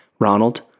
Ronald